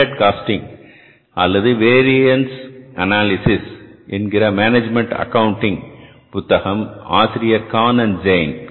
standard costing அல்லது variance analysis என்கிற management accounting புத்தகம் ஆசிரியர் கான ஜெயின்